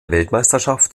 weltmeisterschaft